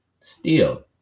steel